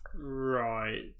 right